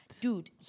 Dude